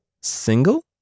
single